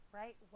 right